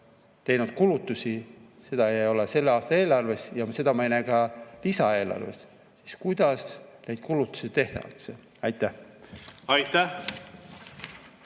teinud kulutusi ja seda ei ole selle aasta eelarves ja ma ei näe seda ka lisaeelarves, siis kuidas neid kulutusi tehakse. Aitäh! Aitäh!